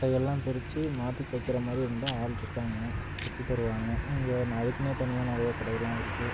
தையலெலாம் பிரிச்சு மாற்றி தைக்கிற மாதிரி இருந்தால் ஆளிருக்காங்க தைச்சி தருவாங்க இங்கே ந அதுக்குனே தனியாக நிறைய கடையெலாம் இருக்குது